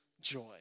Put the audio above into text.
joy